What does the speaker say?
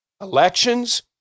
elections